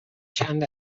چند